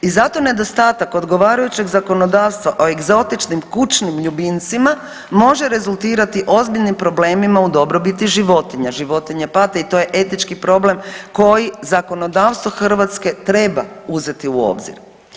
I zato nedostatak odgovarajućeg zakonodavstva o egzotičnim kućnim ljubimcima može rezultirati ozbiljnim problemima u dobrobiti životinja, životinje pate i to je etički problem koji zakonodavstvo hrvatske treba uzeti u obzir.